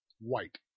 white